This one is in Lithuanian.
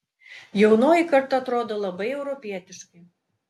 jaunoji karta atrodo labai europietiškai